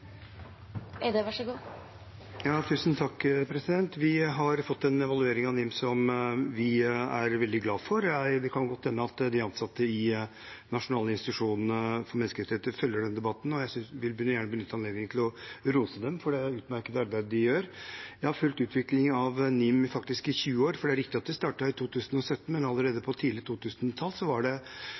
veldig glad for. Det kan godt hende at de ansatte i Norges institusjon for menneskerettigheter følger denne debatten, og jeg vil gjerne benytte anledningen til å rose dem for det utmerkede arbeidet de gjør. Jeg har faktisk fulgt utviklingen av NIM i tjue år. Det er riktig at de startet i 2017, men allerede tidlig på 2000-tallet var det på en måte aspekter av en sånn type struktur som var en slags forløper til dagens NIM. Det